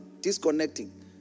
disconnecting